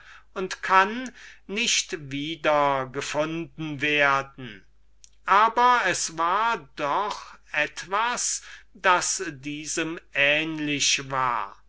und kann nicht wieder gefunden werden aber es war etwas das ihm ähnlich war